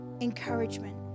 encouragement